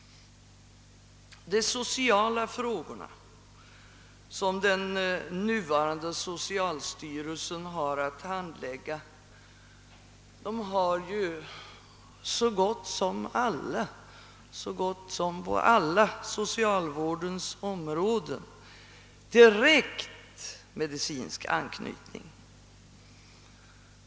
De sociala frågorna, som den nuvarande socialstyrelsen har att handlägga, har ju på så gott som alla socialvårdens områden direkt medicinsk anknytning.